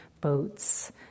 boats